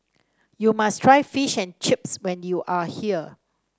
you must try Fish and Chips when you are here